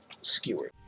skewered